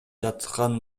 аткан